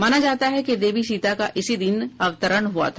माना जाता है कि देवी सीता का इसी दिन अवतरण हुआ था